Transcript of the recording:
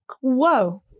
Whoa